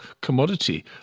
commodity